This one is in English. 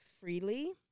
freely